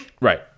right